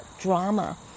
drama